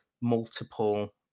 multiple